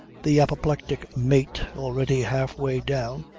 the apoplectic mate, already half-way down,